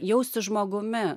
jaustis žmogumi